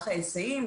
במערך הסעות,